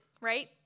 right